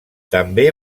també